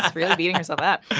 ah really beating herself up.